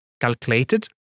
calculated